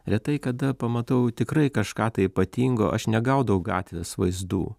retai kada pamatau tikrai kažką tai ypatingo aš negaudau gatvės vaizdų